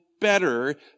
better